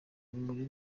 muri